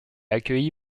accueilli